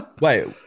Wait